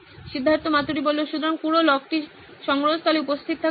সিদ্ধার্থ মাতুরি সুতরাং পুরো লগটি সংগ্রহস্থলে উপস্থিত থাকতে হবে